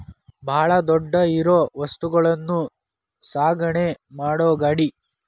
ಬಾಳ ದೊಡ್ಡ ಇರು ವಸ್ತುಗಳನ್ನು ಸಾಗಣೆ ಮಾಡು ಗಾಡಿ